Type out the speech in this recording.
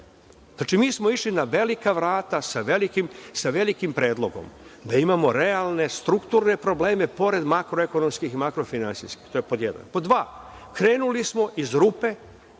mi smo išli na velika vrata sa velikim predlogom, da imamo realne strukturne probleme, pored makroekonomskih, makrofinansijskih. To je pod jedan. Pod dva, krenuli smo iz rupe,